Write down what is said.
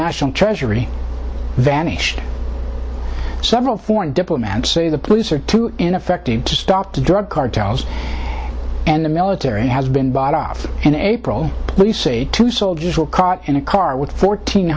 national treasury vanished several foreign diplomats say the police are too ineffective to stop the drug cartels and the military has been bought off and april police say two soldiers were caught in a car with fourteen